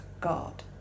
God